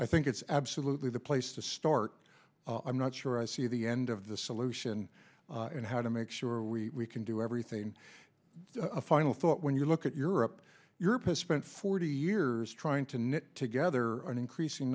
i think it's absolutely the place to start i'm not sure i see the end of the solution and how to make sure we can do everything a final thought when you look at europe europe has spent forty years trying to knit together an increasing